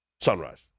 Sunrise